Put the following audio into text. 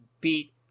beat